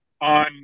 on